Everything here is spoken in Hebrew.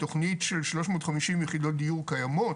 תכנית של שלוש מאות חמישים יחידות דיור קיימות